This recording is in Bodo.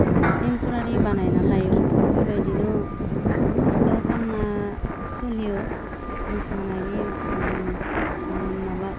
टेम्प'रारि बानायना लायो बेबायदिनो खस्थ' खालामना सोलियो मोसानायनि माबा